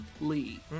Lee